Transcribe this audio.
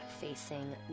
facing